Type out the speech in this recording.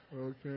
Okay